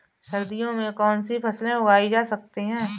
सर्दियों में कौनसी फसलें उगाई जा सकती हैं?